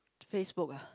Facebook ah